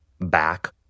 back